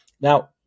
Now